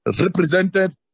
represented